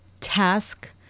task